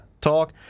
talk